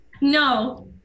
No